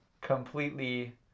completely